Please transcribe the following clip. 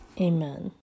Amen